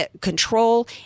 control